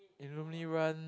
illumi run